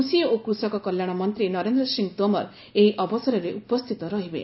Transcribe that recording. କୃଷି ଓ କୃଷକ କଲ୍ୟାଣ ମନ୍ତ୍ରୀ ନରେନ୍ଦ୍ର ସିଂହ ତୋମର ଏହି ଅବସରରେ ଉପସ୍ଥିତ ରହିବେ